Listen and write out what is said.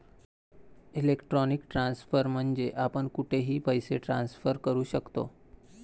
electronic transfer म्हणजे आपण कुठेही पैसे ट्रान्सफर करू शकतो